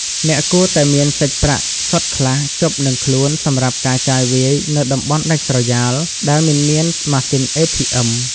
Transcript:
អ្នកគួរតែមានសាច់ប្រាក់សុទ្ធខ្លះជាប់នឹងខ្លួនសម្រាប់ការចាយវាយនៅតំបន់ដាច់ស្រយាលដែលមិនមានម៉ាស៊ីន ATM។